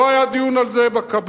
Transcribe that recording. לא היה דיון על זה בקבינט,